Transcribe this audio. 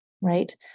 right